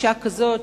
אשה כזאת,